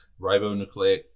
ribonucleic